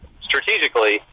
strategically